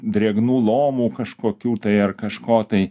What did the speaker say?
drėgnų lomų kažkokių tai ar kažko tai